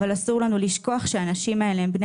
אבל אסור לנו לשכוח שהאנשים האלה הם בני